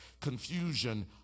confusion